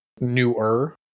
newer